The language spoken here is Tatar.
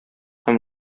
һәм